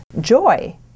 joy